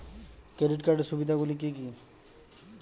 Credit কার্ডের সুবিধা গুলো কি?